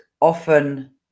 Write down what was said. often